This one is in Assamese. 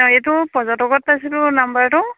অঁ এইটো পৰ্যটকত পাইছিলোঁ নাম্বাৰটো